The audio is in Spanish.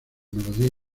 melodía